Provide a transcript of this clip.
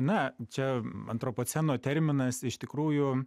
na čia antropoceno terminas iš tikrųjų